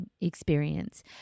experience